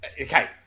Okay